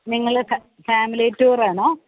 നിങ്ങൾ ഫ family tour ആണോ